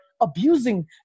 abusing